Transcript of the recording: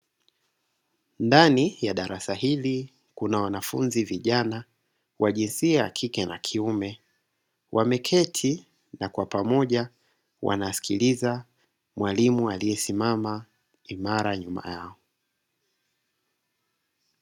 Ndani ya darasa hili kuna wanafunzi vijana wa jinsia ya kike na kiume, wameketi na kwa pamoja wanasikiliza mwalimu aliyesimama imara nyuma yao.